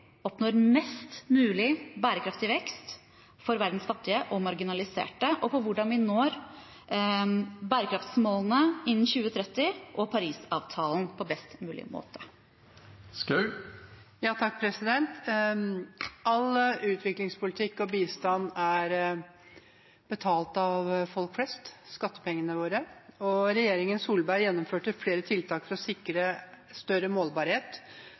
oppnår mest mulig bærekraftig vekst for verdens fattige og marginaliserte, og på hvordan vi når bærekraftsmålene innen 2030 og Parisavtalen på best mulig måte. All utviklingspolitikk og bistand er betalt av folk flest – skattepengene våre. Regjeringen Solberg gjennomførte flere tiltak for å sikre større målbarhet